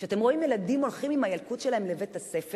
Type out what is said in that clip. כשאתם רואים ילדים הולכים עם הילקוט שלהם לבית-הספר,